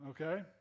Okay